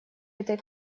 этой